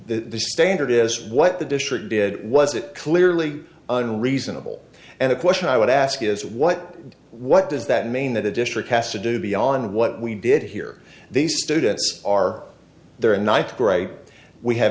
the standard is what the district did was it clearly and reasonable and the question i would ask is what what does that mean that a district has to do beyond what we did here these students are there a night great we have